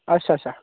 अच्छा अच्छा